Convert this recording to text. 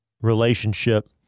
relationship